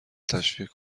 تشویق